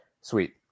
sweet